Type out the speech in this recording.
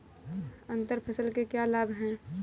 अंतर फसल के क्या लाभ हैं?